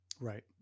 Right